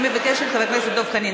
קצבה מלאה ושיעורה),